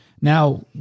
Now